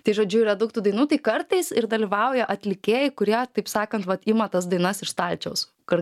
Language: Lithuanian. tai žodžiu yra daug tų dainų tai kartais ir dalyvauja atlikėjai kurie taip sakant vat ima tas dainas iš stalčiaus kur